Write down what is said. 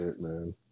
man